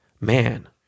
man